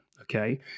okay